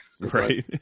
right